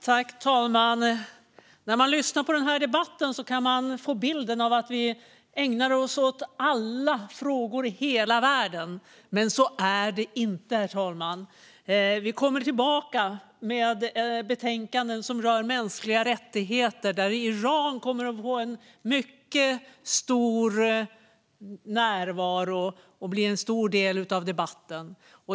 Herr talman! När man lyssnar på denna debatt kan man få bilden av att vi ägnar oss åt alla frågor i hela världen, men så är det inte. Vi kommer tillbaka med betänkanden som rör mänskliga rättigheter, där Iran kommer att få en mycket stor närvaro och bli en stor del av debatten.